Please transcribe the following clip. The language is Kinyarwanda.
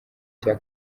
cya